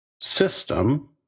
system